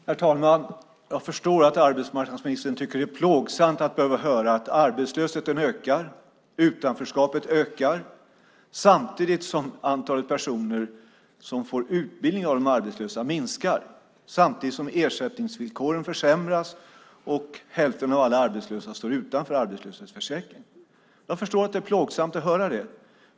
Herr talman! Jag förstår att arbetsmarknadsministern tycker att det är plågsamt att behöva höra att arbetslösheten ökar och att utanförskapet ökar samtidigt som antalet arbetslösa personer som får utbildning minskar, ersättningsvillkoren försämras och hälften av alla arbetslösa står utanför arbetslöshetsförsäkringen. Jag förstår att det är plågsamt att höra det.